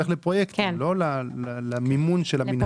הוא הולך לפרויקטים, לא למימון של המינהל?